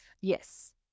Yes